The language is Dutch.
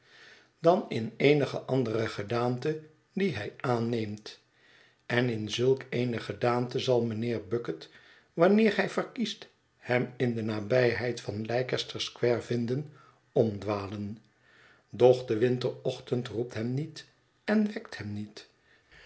dan in eenige andere gedaante die hij aanneemt en in zulk eene gedaante zal mijnheer bucket wanneer hij verkiest hem in de nabijheid van leicester square vinden om dwalen doch de winterochtend roept hem niet en wekt hem niet